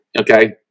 Okay